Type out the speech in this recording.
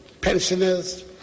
pensioners